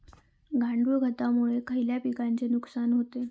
गांडूळ खतामुळे खयल्या पिकांचे नुकसान होते?